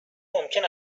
ممکن